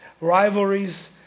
rivalries